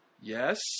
Yes